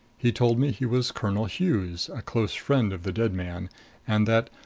he told me he was colonel hughes, a close friend of the dead man and that,